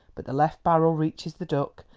but the left barrel reaches the duck,